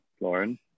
Lauren